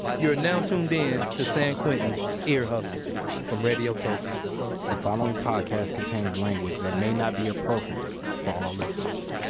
you're now tuned in to san quentin's ear hustle from radiotopia the following podcast contains language that may not be appropriate for all listeners